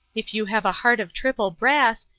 if you have a heart of triple brass,